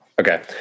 Okay